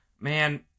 Man